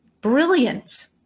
Brilliant